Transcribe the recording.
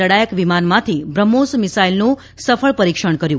લડાયક વિમાનમાંથી બ્રહ્મોસ મિસાઇલનું સફળ પરીક્ષણ કર્યું